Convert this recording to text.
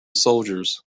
soldiers